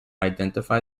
identify